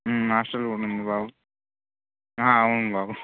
hostel కూడా ఉంది బాబు ఆ అవును బాబు